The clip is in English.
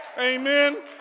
Amen